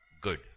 good